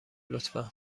لطفا